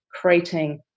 creating